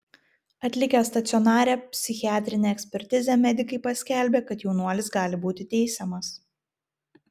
atlikę stacionarią psichiatrinę ekspertizę medikai paskelbė kad jaunuolis gali būti teisiamas